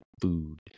food